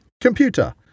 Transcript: computer